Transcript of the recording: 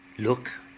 look,